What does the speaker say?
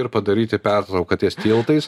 ir padaryti pertrauką ties tiltais